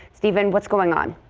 stephen what's going on.